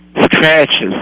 scratches